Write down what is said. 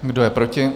Kdo je proti?